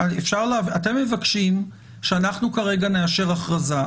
אתם מבקשים שאנחנו כרגע נאשר הכרזה,